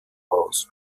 aus